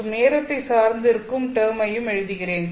மற்றும் நேரத்தை சார்ந்து இருக்கும் டெர்மையும் எழுதுகிறேன்